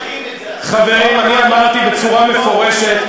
אני אמרתי בצורה מפורשת,